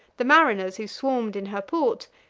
the mariners who swarmed in her port,